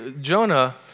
Jonah